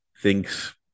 thinks